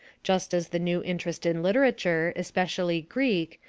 just as the new interest in literature, especially greek,